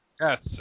Yes